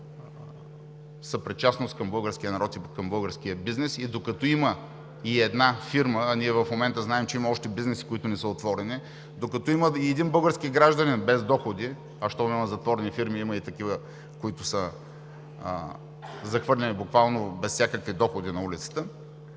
съпричастност към българския народ и към българския бизнес и докато има и една фирма, а ние в момента знаем, че има още бизнеси, които не са отворени, докато има и един български гражданин без доходи, а щом има затворени фирми, има и такива, които са захвърлени буквално без всякакви доходи на улицата,